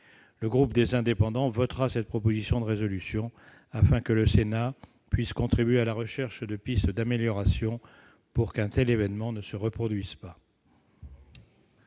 Le groupe Les Indépendants votera cette proposition de résolution afin que le Sénat puisse contribuer à la recherche de pistes d'amélioration pour qu'un tel événement ne se reproduise pas.